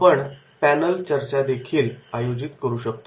आपण पॅनल चर्चादेखील आयोजित करू शकतो